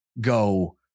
go